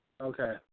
Okay